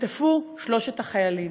כשנחטפו שלושת הנערים: